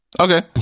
Okay